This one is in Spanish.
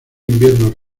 inviernos